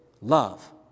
love